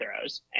throws